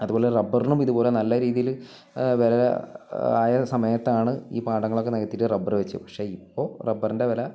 അതുപോലെ റബ്ബറിനും ഇതുപോലെ നല്ല രീതിയിൽ വില ആയ സമയത്താണ് ഈ പാടങ്ങളൊക്കെ നികത്തിയിട്ട് റബ്ബർ വെച്ചത് പക്ഷെ ഇപ്പോൾ റബ്ബറിൻ്റെ വില